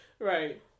Right